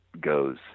goes